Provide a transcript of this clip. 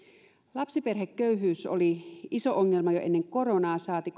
lapsiperheköyhyys oli iso ongelma jo ennen koronaa saati